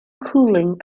cooling